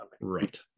right